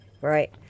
right